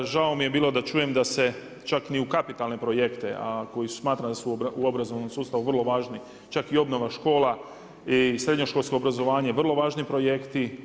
Žao mi je bilo da čujem da se čak ni u kapitalne projekte, a koji smatram da su u obrazovnom sustavu vrlo važni, čak i obnova škola i srednjoškolsko obrazovanje vrlo važni projekti.